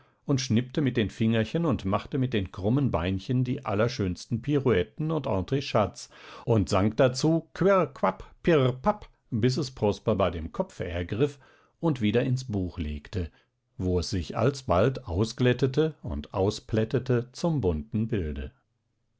und schnippte mit den fingerchen und machte mit den krummen beinchen die allerschönsten pirouetten und entrechats und sang dazu quirr quapp pirr papp bis es prosper bei dem kopfe ergriff und wieder ins buch legte wo es sich alsbald ausglättete und ausplättete zum bunten bilde